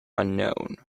unknown